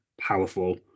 powerful